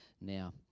now